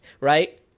right